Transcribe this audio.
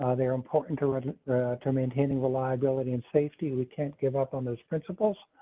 ah they're important to and to maintaining the liability and safety. we can't give up on those principles,